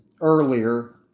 earlier